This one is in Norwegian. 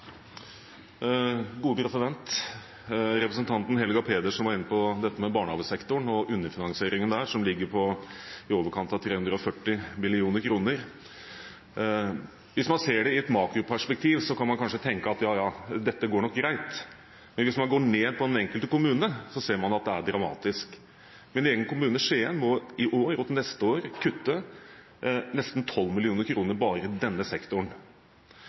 Representanten Helga Pedersen var inne på dette med barnehagesektoren og underfinansieringen der, som ligger på i overkant av 340 mill. kr. Hvis man ser det i et makroperspektiv, kan man kanskje tenke at dette går nok greit. Men hvis man går ned på den enkelte kommune, ser man at det er dramatisk. Min egen kommune, Skien, må i år og til neste år kutte nesten 12 mill. kr bare i denne sektoren.